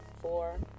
four